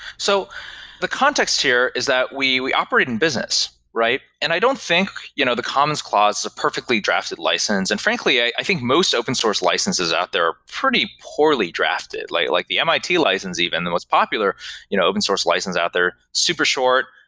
so the context here is that we we operate in business, and i don't think you know the comments clause is a perfectly drafted license. and frankly, i think most open source licenses out there are pretty poorly drafted, like like the mit license even, the most popular you know open source license out there, super short.